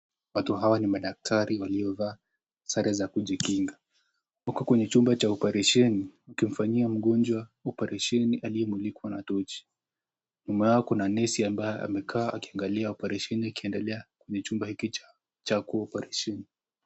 Watu hawa ni madaktari waliovaa sare za kujikinga, wako kwenye chumba cha operesheni wakimfanyia mgonjwa operesheni aliyemulikwa na tochi. Nyuma yao kuna nesi ambaye amekaa akiangalia operesheni ikiendelea kwenye chumba hiki cha kuoperesheni.